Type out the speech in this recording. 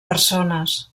persones